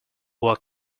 work